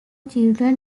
children